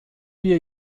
wir